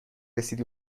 رسیدی